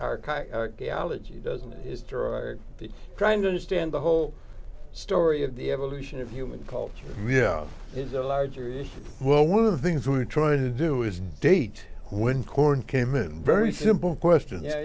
you trying to understand the whole story of the evolution of human culture yeah it's a larger issue well one of the things we're trying to do is date when corn came in very simple question